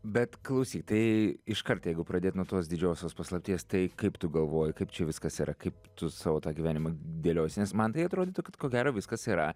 bet klausytojai iškart jeigu pradėt nuo tos didžiosios paslapties tai kaip tu galvoji kaip čia viskas yra kaip tu savo tą gyvenimą dėliojies man tai atrodytų kad ko gero viskas yra